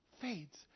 fades